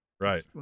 right